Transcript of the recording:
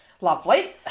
Lovely